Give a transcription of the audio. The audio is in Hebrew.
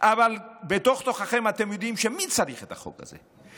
אבל בתוך-תוככם אתם יודעים: מי צריך את החוק הזה?